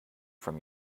from